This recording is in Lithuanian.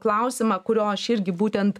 klausimą kurio aš irgi būtent